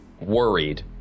worried